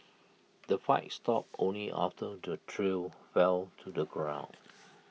the fight stopped only after the trio fell to the ground